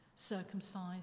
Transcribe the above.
circumcised